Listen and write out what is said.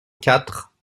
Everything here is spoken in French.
quatre